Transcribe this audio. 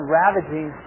ravaging